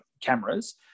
cameras